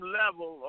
level